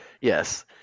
yes